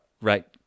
right